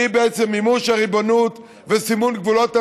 שהיא בעצם מימוש הריבונות וסימון גבולות המדינה.